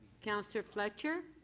councillor fletcher,